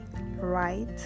right